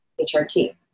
HRT